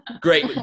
great